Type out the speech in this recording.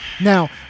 now